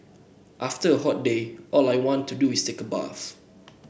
after a hot day all I want to do is take a bath